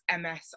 MS